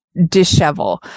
dishevel